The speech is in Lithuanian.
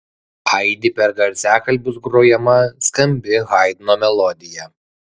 aidi per garsiakalbius grojama skambi haidno melodija